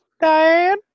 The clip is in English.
Diane